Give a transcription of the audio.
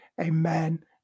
amen